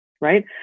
right